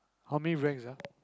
how many ranks ah